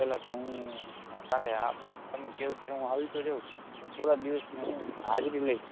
પહેલાં તો હું કાલે તમે કહો ત્યારે હું આવી તો જાઉં પણ થોડાક દિવસની હું હાજરી લઇશ